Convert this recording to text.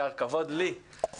לקבל ממך את הפטיש.